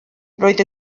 roedd